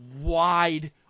wide